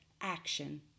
action